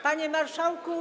Panie Marszałku!